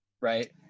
Right